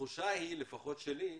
התחושה לפחות שלי היא